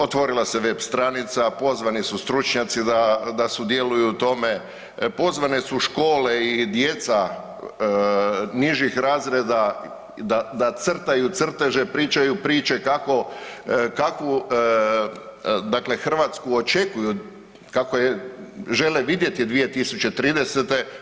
Otvorila se web stranica, pozvani su stručnjaci da da sudjeluju u tome, pozvane su škole i djeca nižih razreda da crtaju crteže, pričaju priče kakvu Hrvatsku očekuju, kako je žele vidjeti 2030.